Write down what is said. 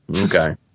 Okay